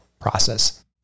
process